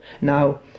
Now